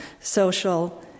social